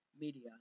media